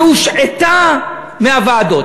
והושעתה מהוועדות.